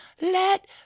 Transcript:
Let